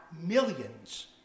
millions